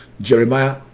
jeremiah